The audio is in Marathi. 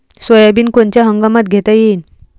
सोयाबिन कोनच्या हंगामात घेता येईन?